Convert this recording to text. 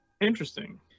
Interesting